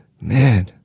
Man